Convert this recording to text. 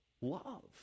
love